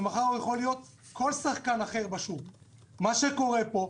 מה שקורה פה,